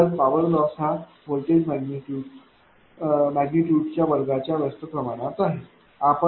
तर power loss हा voltage मैग्निट्यूडच्या वर्गाच्या व्यस्त प्रमाणात असतो